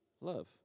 love